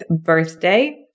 birthday